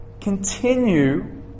continue